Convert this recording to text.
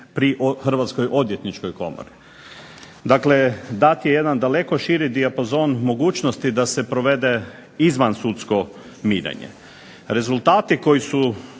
pri Hrvatskoj odvjetničkoj komori. Dakle, dat je jedan daleko širi dijapazon mogućnosti da se provede izvansudsko mirenje. Rezultati koji su